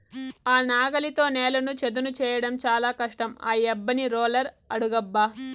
ఆ నాగలితో నేలను చదును చేయడం చాలా కష్టం ఆ యబ్బని రోలర్ అడుగబ్బా